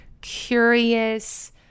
curious